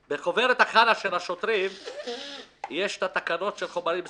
בחוברת של השוטרים יש את התקנות של חומרים מסוכנים.